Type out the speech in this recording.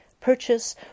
purchase